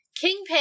Kingpin